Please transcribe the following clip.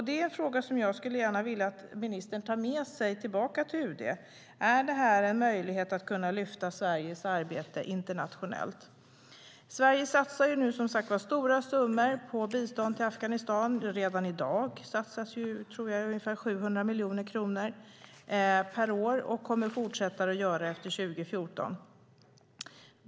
Det är en fråga som jag vill att ministern tar med sig tillbaka till UD. Är detta en möjlighet att lyfta fram Sveriges arbete internationellt? Sverige satsar stora summor på bistånd till Afghanistan. Redan i dags satsar vi ungefär 700 miljoner kronor per år, och vi kommer att fortsätta med det efter 2014.